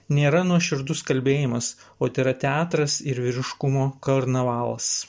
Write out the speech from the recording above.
nėra nuoširdus kalbėjimas o tėra teatras ir vyriškumo karnavalas